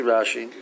Rashi